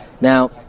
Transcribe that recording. Now